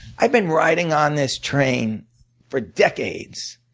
i've been riding on this train for decades.